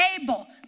able